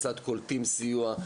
כיצד קולטים סיוע,